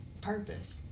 purpose